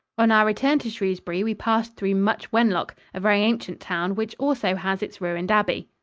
on our return to shrewsbury, we passed through much wenlock, a very ancient town, which also has its ruined abbey.